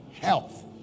health